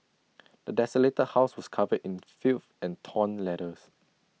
the desolated house was covered in filth and torn letters